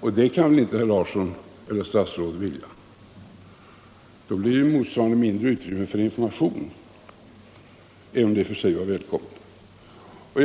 och det kan väl inte herr Larsson eller statsrådet vilja. Då blir det ju motsvarande mindre utrymme för information, även om det i och för sig är välkommet med ett sådant hänsynstagande.